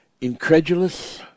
incredulous